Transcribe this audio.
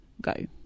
go